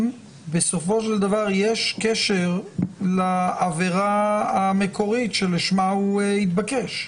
בסופו של דבר יש קשר לעבירה המקורית שלשמה הוא התבקש,